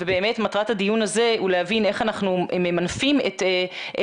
ובאמת מטרת הדיון הזה הוא להבין איך אנחנו ממנפים דווקא